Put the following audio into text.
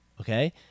Okay